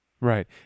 Right